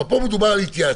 אבל פה מדובר על התייעצות.